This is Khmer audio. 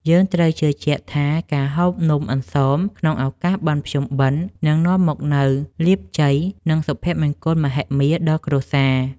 យើងត្រូវជឿជាក់ថាការហូបនំអន្សមក្នុងឱកាសបុណ្យភ្ជុំបិណ្ឌនឹងនាំមកនូវលាភជ័យ និង សុភមង្គលមហិមាដល់គ្រួសារ។